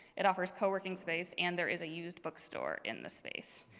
it offers co-working space and there is a used bookstore in the space.